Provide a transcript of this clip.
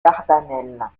dardanelles